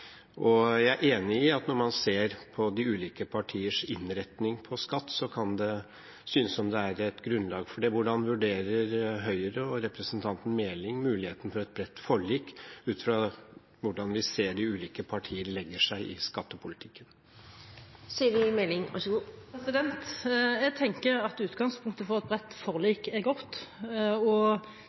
innlegg. Jeg er enig i at når man ser på de ulike partiers innretning på skatt, kan det synes som det er et grunnlag for det. Hvordan vurderer Høyre og representanten Meling muligheten for et bredt forlik ut fra hvordan vi ser de ulike partier legge seg i skattepolitikken? Jeg tenker at utgangspunktet for et bredt forlik er godt. Det baserer jeg på de signalene som har kommet gjennom behandling av statsbudsjettet og